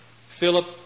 Philip